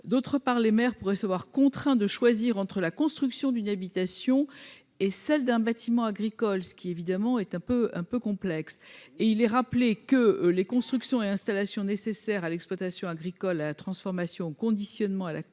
d'autre part, les maires pourraient se voir contraints de choisir entre la construction d'une habitation et celle d'un bâtiment agricole, question évidemment complexe. Enfin, rappelons que les constructions et installations nécessaires à l'exploitation agricole, à la transformation, au conditionnement et à la commercialisation